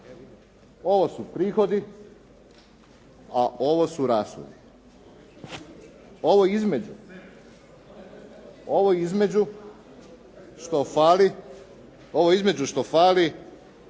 ovo su prihodi, a ovo su rashodi. Ovo između što fali